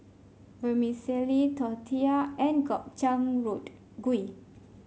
Vermicelli Tortilla and Gobchang Road gui